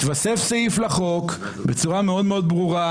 התווסף סעיף לחוק בצורה מאוד מאוד ברורה,